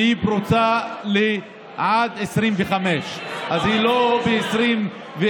והיא פרוסה עד 2025. אז היא לא ב-2021.